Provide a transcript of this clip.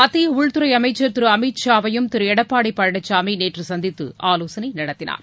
மத்திய உள்துறை அமைச்சர் திரு அமித் ஷா வையும் திரு எடப்பாடி பழனிசாமி நேற்று சந்தித்து ஆலோசனை நடத்தினார்